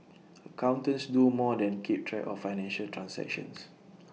accountants do more than keep track of financial transactions